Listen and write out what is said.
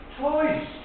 toys